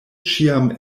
ĉiam